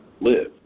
live